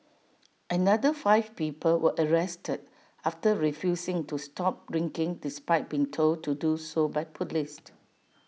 another five people were arrested after refusing to stop drinking despite being told to do so by Police